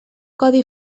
codi